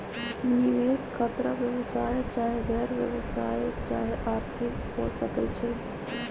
निवेश खतरा व्यवसाय चाहे गैर व्यवसाया चाहे आर्थिक हो सकइ छइ